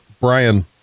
Brian